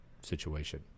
situation